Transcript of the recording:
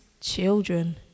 children